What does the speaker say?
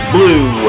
Blue